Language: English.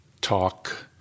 talk